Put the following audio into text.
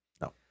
No